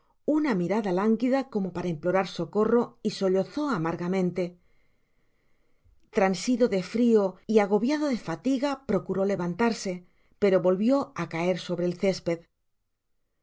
una mirada lánguida como para implorar socorro y sollozó amargamente transido de frio y agobiado de fatiga procuró levantarse pero volvió á caer sobre el césped